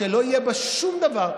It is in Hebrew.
שלא יהיה בה שום דבר.